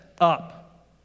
up